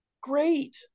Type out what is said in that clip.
Great